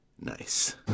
Nice